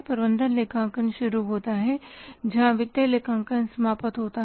प्रबंधन लेखांकन शुरू होता है जहां वित्तीय लेखांकन समाप्त होता है